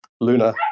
Luna